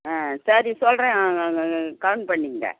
ஆ சரி சொல்கிறேன் கௌண்ட் பண்ணிக்கங்க